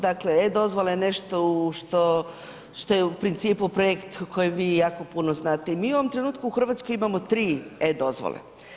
Dakle e-dozvola je nešto u što je u principu projekt o kojem vi jako puno znate i vi u ovom trenutku u Hrvatskoj imamo tri e-dozvole.